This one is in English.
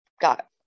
got